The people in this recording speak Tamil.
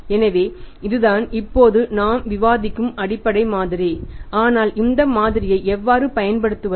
எனவே இதுதான் இப்போது நாம் விவாதிக்கும் அடிப்படை மாதிரி ஆனால் இந்த மாதிரியை எவ்வாறு பயன்படுத்துவது